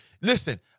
Listen